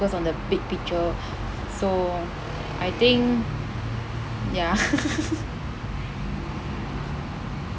focus on the big picture so I think ya